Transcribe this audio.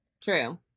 True